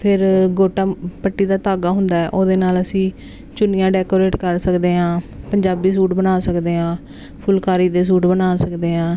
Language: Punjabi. ਫਿਰ ਗੋਟਾ ਪੱਟੀ ਦਾ ਧਾਗਾ ਹੁੰਦਾ ਉਹਦੇ ਨਾਲ ਅਸੀਂ ਚੁੰਨੀਆਂ ਡੈਕੋਰੇਟ ਕਰ ਸਕਦੇ ਹਾਂ ਪੰਜਾਬੀ ਸੂਟ ਬਣਾ ਸਕਦੇ ਹਾਂ ਫੁਲਕਾਰੀ ਦੇ ਸੂਟ ਬਣਾ ਸਕਦੇ ਹਾਂ